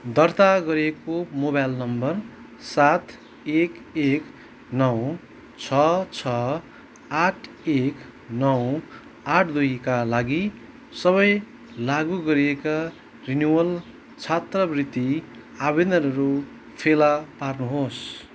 दर्ता गरिएको mobile number सात एक एक नौ छ छ आठ एक नौ आठ दुईका लागि सबै लागु गरिएका रिन्युवल छात्रवृत्ति आवेदनहरू फेला पार्नुहोस्